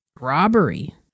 robbery